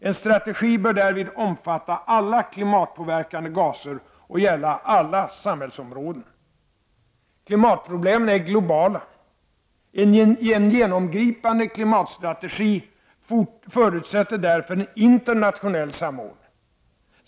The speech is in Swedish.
En strategi bör därvid omfatta alla klimatpåverkande gaser och gälla alla samhällsområden. Klimatproblemen är globala. En genomgripande klimatstrategi förutsätter därför en internationell samordning.